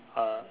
uh